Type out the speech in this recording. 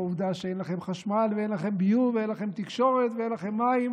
בעובדה שאין לכם חשמל ואין לכם ביוב ואין לכם תקשורת ואין לכם מים